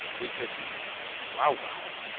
re-christened wow-wow!